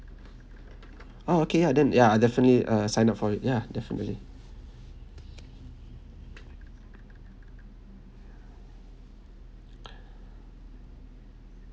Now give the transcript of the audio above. oh okay ya then ya I definitely uh sign up for it ya definitely